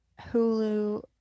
Hulu